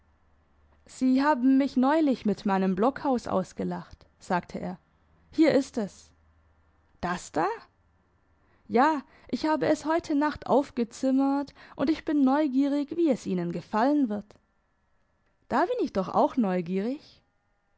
sie haben mich neulich mit meinem blockhaus ausgelacht sagte er hier ist es das da ja ich habe es heute nacht aufgezimmert und ich bin neugierig wie es ihnen gefallen wird da bin ich doch auch neugierig